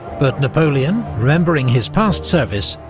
but napoleon, remembering his past service,